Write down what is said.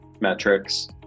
metrics